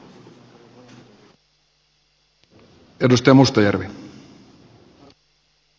arvoisa puhemies